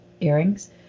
earrings